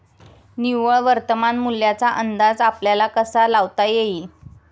निव्वळ वर्तमान मूल्याचा अंदाज आपल्याला कसा लावता येईल?